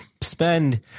Spend